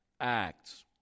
acts